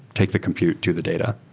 take the compute to the data.